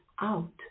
out